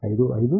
3 2